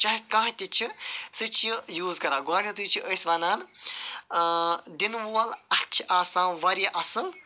چاہے کانٛہہ تہِ چھُ سُہ چھُ یہِ یوٗز کَران گۄڈنیٚتھے چھِ أسۍ وَنان دِنہ وول اَتھٕ چھُ آسان واریاہ اصل